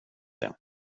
det